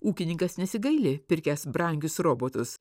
ūkininkas nesigaili pirkęs brangius robotus